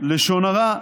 לשון הרע,